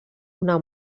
una